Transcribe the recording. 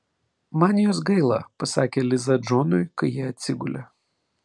man jos gaila pasakė liza džonui kai jie atsigulė